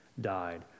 died